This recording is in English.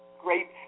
great